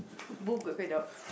both get fed up